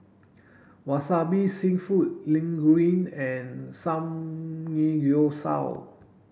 wasabi Seafood Linguine and